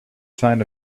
sign